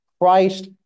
Christ